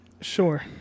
Sure